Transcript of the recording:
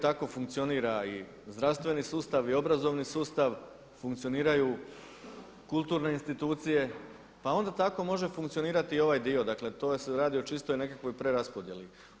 Tako funkcionira i zdravstveni sustav i obrazovni sustav, funkcioniraju kulturne institucije pa onda tako može funkcionirati i ovaj dio, dakle to se radi o čistoj nekakvoj preraspodjeli.